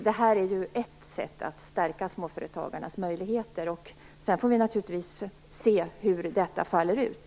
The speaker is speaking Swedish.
Det är ju ett sätt att stärka småföretagarnas möjligheter. Sedan får vi naturligtvis se hur detta faller ut.